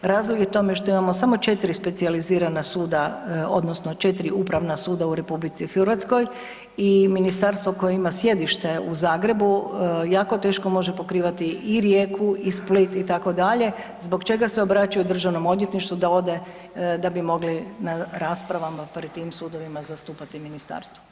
Razlog je tome što imamo samo 4 specijalizirana suda odnosno 4 upravna suda u RH i ministarstvo koje ima sjedište u Zagrebu jako teško može pokrivati i Rijeku i Split, itd., zbog čega se obraćaju DORH-u da ode da bi mogli na raspravama pred tim sudovima zastupati ministarstvo.